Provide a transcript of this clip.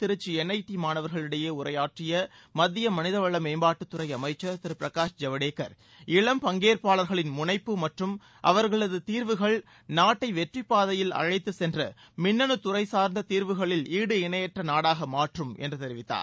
Trichy NIT மாணவர்களிடையே உரையாற்றிய மத்திய மனிதவள மேம்பாட்டுத்துறை அமைச்சர் திரு பிரகாஷ் ஜவ்டேகர் இளம் பங்கேற்பாளர்களின் முனைப்பு மற்றும் அவர்களது தீர்வுகள் நாட்டை வெற்றிப் பாதையில் அழைத்து சென்று மின்னணு துறை சார்ந்த தீர்வுகளில் ஈடு இணையற்ற நாடாக மாற்றும் என்று தெரிவித்தார்